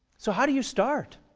so how do you start?